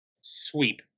sweep